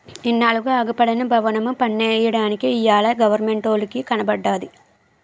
ఇన్నాళ్లుగా అగుపడని బవనము పన్నెయ్యడానికి ఇయ్యాల గవరమెంటోలికి కనబడ్డాది